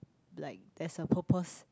like there's a purpose